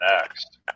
next